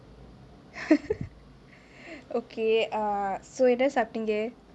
okay err so என்னா சாப்டீங்கே:enna saaptingae